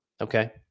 Okay